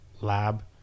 lab